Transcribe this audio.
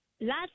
Last